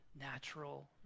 natural